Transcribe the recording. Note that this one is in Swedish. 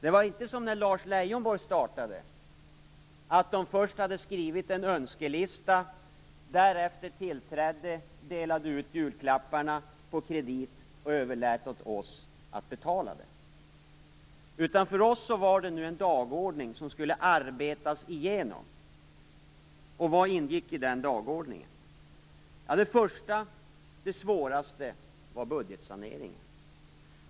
Det var inte som när Lars Leijonborg startade. Då hade man först skrivit en önskelista. Därefter tillträdde man, delade ut julklapparna på kredit och överlät åt oss att betala. För oss var det en dagordning som skulle arbetas igenom. Vad ingick i den dagordningen? Det första och svåraste var budgetsaneringen.